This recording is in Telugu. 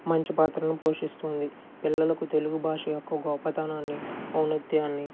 మంచి పాత్రను పోషిస్తుంది పిల్లలకు తెలుగు భాష యొక్క గొప్పతనాన్ని ఔన్నత్యాన్ని